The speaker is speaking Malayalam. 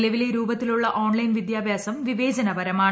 നിലവിലെ രൂപത്തിലുള്ള ഓൺലൈൻ വിദ്യാഭ്യാസം വിവേചനപരമാണ്